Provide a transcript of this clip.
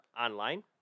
online